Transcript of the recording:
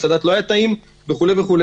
הסלט לא היה טעים וכו' וכו',